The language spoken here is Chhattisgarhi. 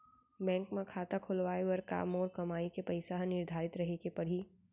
बैंक म खाता खुलवाये बर का मोर कमाई के पइसा ह निर्धारित रहे के पड़ही?